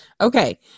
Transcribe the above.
okay